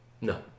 No